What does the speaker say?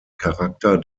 charakter